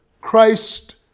Christ